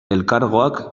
elkargoak